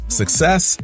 success